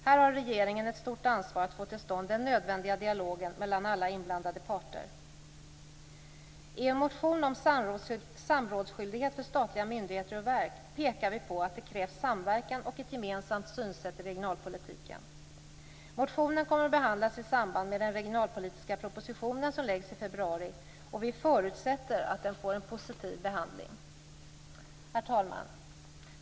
Här har regeringen ett stort ansvar att få till stånd den nödvändiga dialogen mellan alla inblandade parter. I en motion om samrådsskyldighet för statliga myndigheter och verk pekar vi på att det krävs samverkan och ett gemensamt synsätt i regionalpolitiken. Motionen kommer att behandlas i samband med den regionalpolitiska propositionen som läggs fram i februari, och vi förutsätter att den får en positiv behandling. Herr talman!